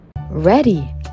Ready